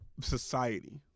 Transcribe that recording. society